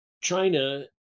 China